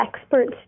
experts